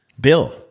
Bill